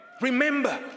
Remember